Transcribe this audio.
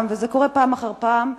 וזה קורה פעם אחר פעם,